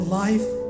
life